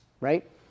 right